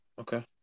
okay